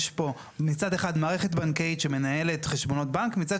יש פה מצד אחד מערכת בנקאית שמנהלת חשבונות בנק ומצד